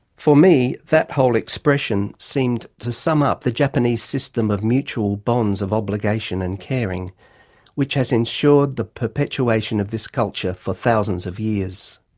for me that whole expression seemed to sum up the japanese system of mutual bonds of obligation and caring which has ensured the perpetuation of this culture for thousands of years.